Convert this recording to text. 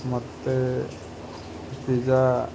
ମତେ ପିଜ୍ଜା